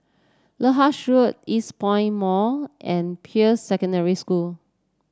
Lyndhurst Road Eastpoint Mall and Peirce Secondary School